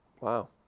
Wow